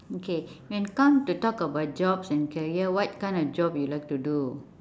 okay then come to talk about jobs and career what kind of job you like to do